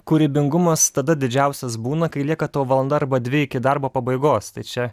kūrybingumas tada didžiausias būna kai lieka tau valanda arba dvi iki darbo pabaigos tai čia